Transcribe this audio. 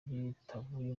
bitavuye